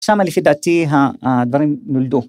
שמה לפי דעתי היא הדברים נולדו.